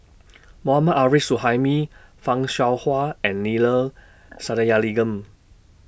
Mohammad Arif Suhaimi fan Shao Hua and Neila Sathyalingam